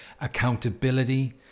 accountability